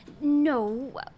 No